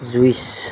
juice